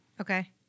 Okay